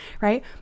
right